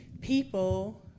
people